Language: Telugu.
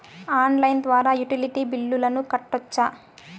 ఆన్లైన్ ద్వారా యుటిలిటీ బిల్లులను కట్టొచ్చా?